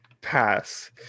Pass